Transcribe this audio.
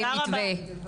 תודה רבה.